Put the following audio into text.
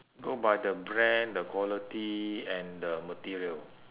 go by the brand the quality and the material